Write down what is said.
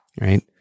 Right